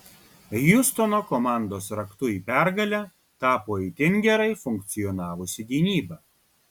hjustono komandos raktu į pergalę tapo itin gerai funkcionavusi gynyba